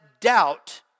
doubt